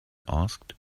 asked